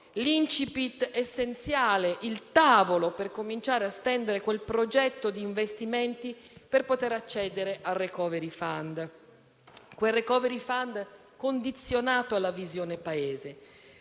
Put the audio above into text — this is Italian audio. l'*incipit* essenziale, il tavolo per cominciare a stendere quel progetto di investimenti per poter accedere al *recovery fund*, quel *recovery fund* condizionato alla visione Paese.